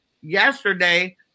yesterday